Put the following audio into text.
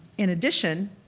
in addition,